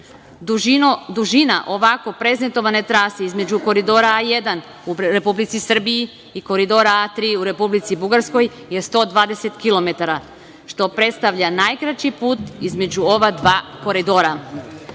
Petlja. Dužina ovako prezentovane trase između Koridora A1 u Republici Srbiji i Koridora A3 u Republici Bugarskoj je 120 km, što predstavlja najkraći put između ova dva koridora.